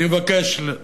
זה כל אלה שנמצאים בשמאל,